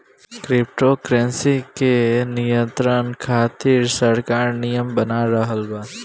crypto currency के नियंत्रण खातिर सरकार नियम बना रहल बा